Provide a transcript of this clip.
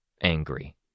angry